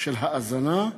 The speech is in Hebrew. של מאזינים,